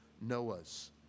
Noah's